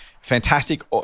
fantastic